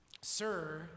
Sir